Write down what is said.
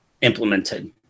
implemented